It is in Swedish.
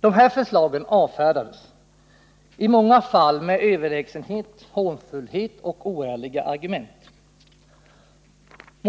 De här förslagen avfärdades, i många fall med överlägsenhet, hånfullhet och oärliga argument.